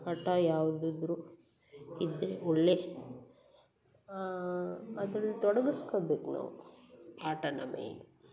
ಆಟ ಯಾವುದಿದ್ರೂ ಇದ್ದರೆ ಒಳ್ಳೆಯ ಅದ್ರಲ್ಲಿ ತೊಡಗಸ್ಕೊಬೇಕು ನಾವು ಆಟನ ಮೇಯ್ನ್